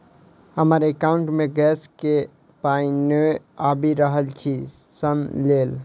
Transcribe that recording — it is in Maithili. हमरा एकाउंट मे गैस केँ पाई नै आबि रहल छी सँ लेल?